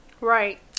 Right